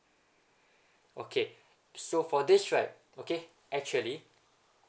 okay so for this right okay actually